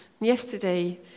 Yesterday